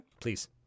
Please